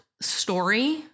story